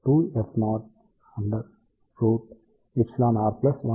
కాబట్టి కాబట్టి మనము W 4